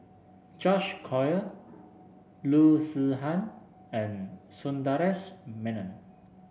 George Collyer Loo Zihan and Sundaresh Menon